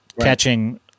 catching